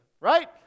right